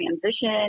transition